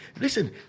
listen